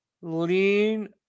lean